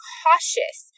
cautious